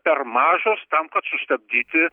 per mažos tam kad sustabdyti